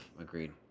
agreed